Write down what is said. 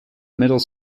middle